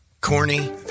Corny